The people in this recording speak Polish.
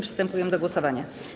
Przystępujemy do głosowania.